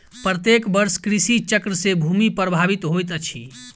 प्रत्येक वर्ष कृषि चक्र से भूमि प्रभावित होइत अछि